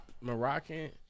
Moroccan